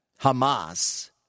Hamas